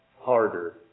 harder